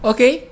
Okay